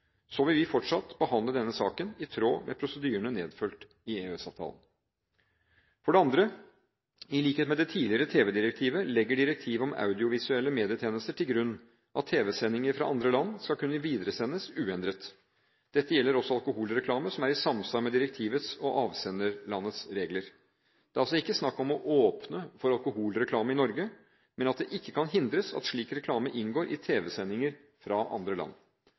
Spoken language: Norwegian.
Så vil vi fortsatt behandle denne saken i tråd med prosedyrene nedfelt i EØS-avtalen. For det andre: I likhet med det tidligere tv-direktivet legger direktivet om audiovisuelle medietjenester til grunn at tv-sendinger fra andre land skal kunne videresendes uendret. Dette gjelder også alkoholreklame som er i samsvar med direktivets og avsenderlandets regler. Det er altså ikke snakk om å åpne for alkoholreklame i Norge, men at det ikke kan hindres at slik reklame kan inngå i tv-sendinger fra andre land.